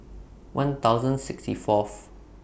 one thousand sixty Fourth